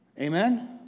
Amen